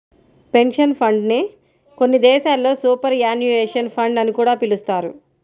pension fund నే కొన్ని దేశాల్లో సూపర్ యాన్యుయేషన్ ఫండ్ అని కూడా పిలుస్తారు